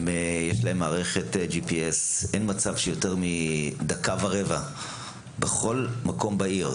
יש להם מערכת GPS. אין מצב שזה ייקח יותר מדקה ורבע בכל מקום בעיר,